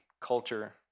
culture